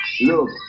Look